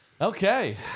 Okay